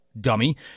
dummy